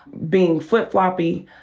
being flip-floppy,